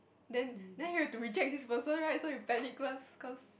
then then you have to reject this person right so you panic cause cause